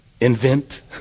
invent